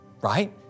right